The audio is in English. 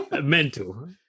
Mental